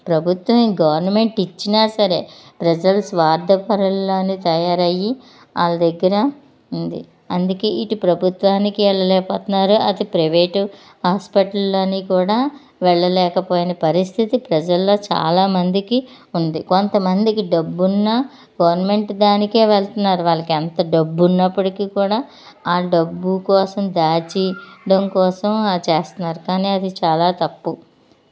ప్రభుత్వం గవర్నమెంట్ ఇచ్చినా సరే ప్రజలు స్వార్థపరుల్లానే తయారయ్యి వాళ్ళ దగ్గర ఉంది అందుకే ఇటు ప్రభుత్వానికి వెళ్ళలేక పోతున్నారు అటు ప్రైవేటు హాస్పిటల్లోని కూడా వెళ్ళలేకపోయిన పరిస్థితి ప్రజల్లో చాలా మందికి ఉంది కొంతమందికి డబ్బున్నా గవర్నమెంట్ దానికే వెళ్తున్నారు వాళ్ళకి ఎంత డబ్బు ఉన్నప్పటికీ కూడా వాళ్ళ డబ్బు కోసం దాచి ఉంచడం కోసం అది చేస్తున్నారు కానీ అది చాలా తప్పు